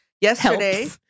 Yesterday